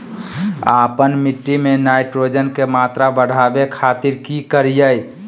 आपन मिट्टी में नाइट्रोजन के मात्रा बढ़ावे खातिर की करिय?